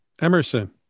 Emerson